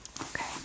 Okay